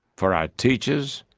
for our teachers,